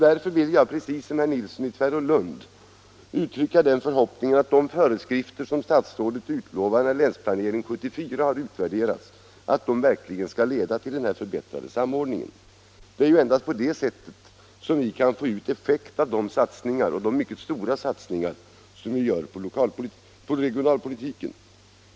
Därför vill jag liksom herr Nilsson uttrycka förhoppningen att de föreskrifter som statsrådet utlovar när länsplanering 1974 har utvärderats verkligen skall leda till en förbättrad samordning. Det är endast på det sättet som de mycket stora satsningar vi gör på det regionalpolitiska Nr 23 planet kan bli effektiva.